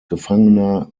gefangener